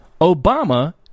Obama